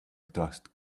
dust